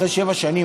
אחרי שבע שנים,